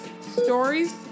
stories